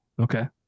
okay